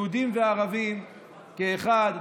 יהודים וערבים כאחד,